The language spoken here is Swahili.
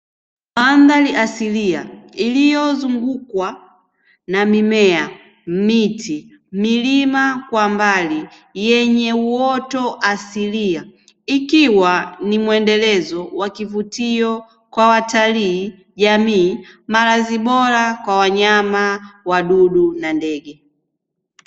Mandhari asilia, iliyozungukwa na mimea, miti, milima kwa mbali, yenye uoto asilia, ikiwa ni muendelezo wa kivutio kwa watalii, jamii malazi bora kwa wanyama, wadudu na ndege.